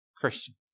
Christians